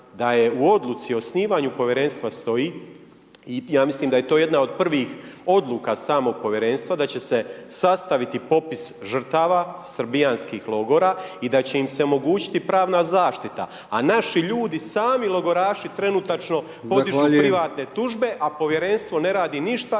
da je u odluci o osnivanju Povjerenstva stoji, ja mislim da je to jedna od prvih odluka samog Povjerenstva, da će se sastaviti popis žrtava srbijanskih logora i da će im se omogućiti pravna zaštita. A naši ljudi sami logoraši trenutačno…/Upadica: Zahvaljujem/…podižu privatne tužbe, a Povjerenstvo ne radi ništa